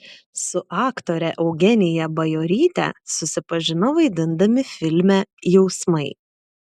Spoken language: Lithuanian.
su aktore eugenija bajoryte susipažino vaidindami filme jausmai